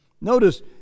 Notice